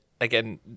again